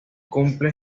cumple